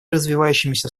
развивающимися